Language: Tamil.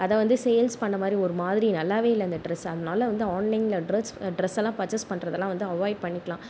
அதை வந்து சேல்ஸ் பண்ண மாதிரி ஒரு மாதிரி நல்லாவே இல்லை அந்த ட்ரெஸ் அதனால வந்து ஆன்லைனில் ட்ரெஸ் ட்ரெஸ்லாம் பர்சேஸ் பண்ணுறதெல்லாம் வந்து அவாய்ட் பண்ணிக்கலாம்